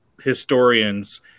historians